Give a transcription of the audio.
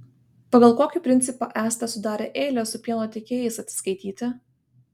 pagal kokį principą esate sudarę eilę su pieno tiekėjais atsiskaityti